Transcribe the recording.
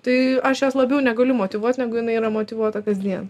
tai aš jos labiau negaliu motyvuot negu jinai yra motyvuota kasdien